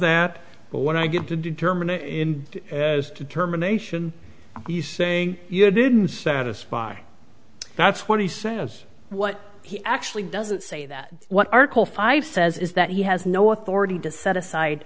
that but when i get to determine it in as determination he's saying you didn't satisfy that's what he says what he actually doesn't say that what article five says is that he has no authority to set aside